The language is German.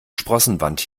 sprossenwand